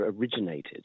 originated